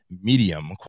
medium